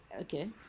Okay